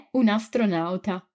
un'astronauta